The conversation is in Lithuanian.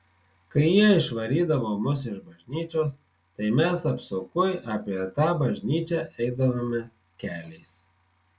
kai jie išvarydavo mus iš bažnyčios tai mes apsukui apie tą bažnyčią eidavome keliais